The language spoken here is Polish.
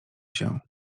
się